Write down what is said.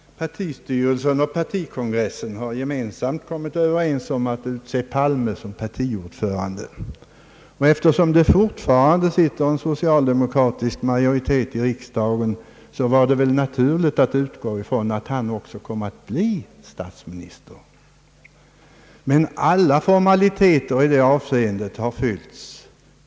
Partistyrelsen och partikon gressen har gemensamt kommit överens om att utse Palme till partiordförande. Eftersom det fortfarande sitter en socialdemokratisk majoritet i riksdagen, var det väl naturligt att utgå ifrån att han också kom ait bli statsminister. Men alla formaliteter i det avseendet har fyllts.